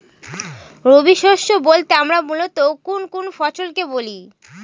রবি শস্য বলতে আমরা মূলত কোন কোন ফসল কে বলি?